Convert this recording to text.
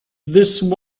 this